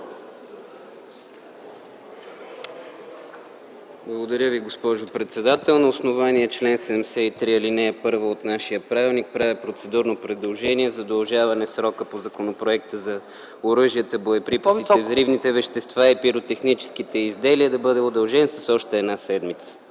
Благодаря Ви, госпожо председател. На основание чл. 73, ал. 1, от нашия правилник правя процедурно предложение срокът по Законопроекта за оръжията, боеприпасите, взривните вещества и пиротехническите изделия да бъде удължен с още една седмица.